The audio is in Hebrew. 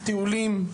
הטיולים,